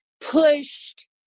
pushed